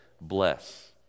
bless